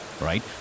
right